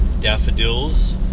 daffodils